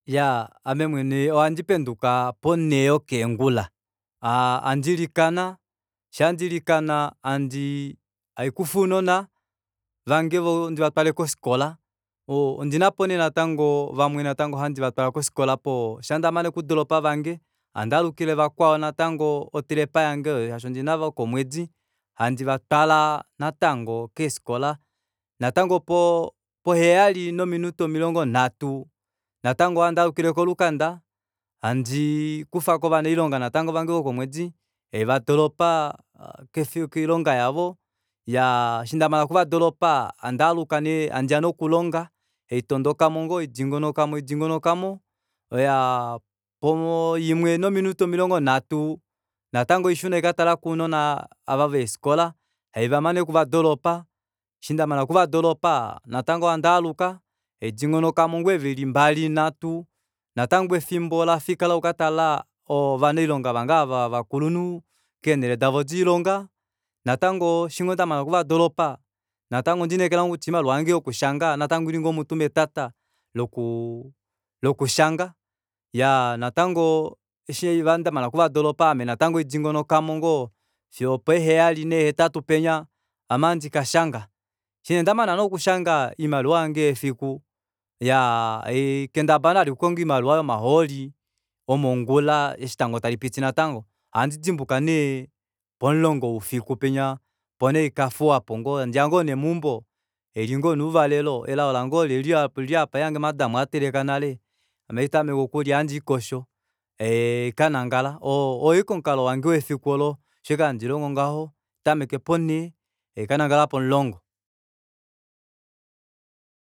Iyaa ame mwene ohandi penduka po nhee yokeengula handi likana shaa ndilikana handii haikufa unona vange ndivatwale kofikola ondinapo nee vamwe natanango handi vatwalwa kofikola poo shandamane okudoropa vange handaalukile vakwao natango otrepa yange oyo shaashi ondina vokomwedi handi vatwala natango keefikola natango poo poheyali nominute omilongo nhatu natango ohandaalukile kolukanda handii kufako natango ovanailonga vange vokomwedi haivadoropa koilonga yavo iyaa eshi ndamana okuvadoropa handaaluka nee handiya nee okulonga haitondokamo ngoo haidingonokamo hadingonokamo iyaa poimwe nominute omilongo nhatu natango haishuna haikatalako uunona ava veefikola haivamane okuva doropa eshi ndamana okuvadoropa natango handaaluka haidingonokamo ngoo eevili mbali nhatu natango efimbo olafika oku katala ovanailonga vange aava vovakulunhu keenele davo doilonga natango eshi ngoo ndamana okuva doropa natango ondiinekela ngoo kutya oimaliwa yange yokushanga natango oili ngoo mutu metata lokuu lokushanga iyaa natango eshingaa ndamana okuvadoropa ame natango haidingonokamo ngoo fiyo opeeheyali neehetatu penya ame andikashanga eshi neendamana nee okushanga iimaliwa yange yefiku iyaa haikendabala nee vali natango okukonga oimaliwa yomahooli omongula eshi etango talipiti natango ohandi dimbuka nee pomulongo woufiku penya opo nee haikafuwapo handiya ngoo nee meumbo haili ngoo nee ouvalelo elao lange olili aapa ohaihange madam ateleka nale ame ohaitameke okulya ohandiikosho haikanangala oo aike omukalo wange wefiku olo ohaitameke po nhee haikanangla pomulongo